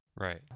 Right